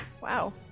wow